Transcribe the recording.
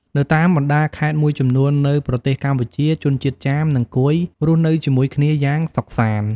នៅតាមបណ្តាខេត្តមួយចំនួននៅប្រទេសកម្ពុជា ជនជាតិចាម និង កួយរស់នៅជាមួយគ្នាយ៉ាងសុខសាន្ត។